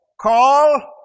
call